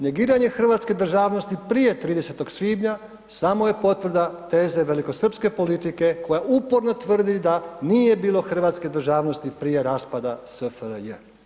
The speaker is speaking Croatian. Negiranje hrvatske državnosti prije 30. svibnja samo je potvrda teze velikosrpske politike koja uporno tvrdi da nije bilo hrvatske državnosti prije raspada SFRJ.